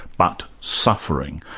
but suffering.